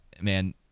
man